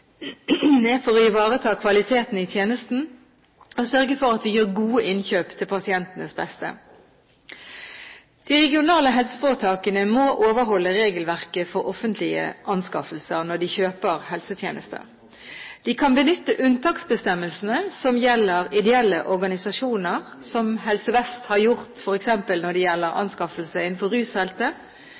er for å ivareta kvaliteten i tjenesten og sørge for at vi gjør gode innkjøp til pasientenes beste. De regionale helseforetakene må overholde regelverket for offentlige anskaffelser når de kjøper helsetjenester. De kan benytte unntaksbestemmelsene som gjelder ideelle organisasjoner, som Helse Vest har gjort f.eks. når det gjelder anskaffelser innenfor rusfeltet,